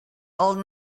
all